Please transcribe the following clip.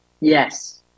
yes